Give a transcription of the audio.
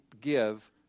give